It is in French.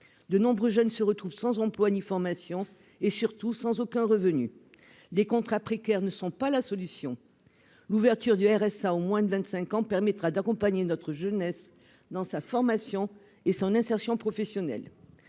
de nombreux jeunes se retrouvent sans emploi ni formation et surtout sans aucun revenu des contrats précaires ne sont pas la solution, l'ouverture du RSA aux moins de 25 ans permettra d'accompagner notre jeunesse dans sa formation et son insertion professionnelle